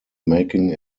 making